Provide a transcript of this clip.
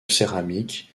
céramiques